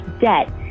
debt